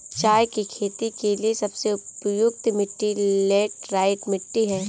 चाय की खेती के लिए सबसे उपयुक्त मिट्टी लैटराइट मिट्टी है